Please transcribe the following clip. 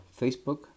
Facebook